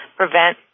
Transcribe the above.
prevent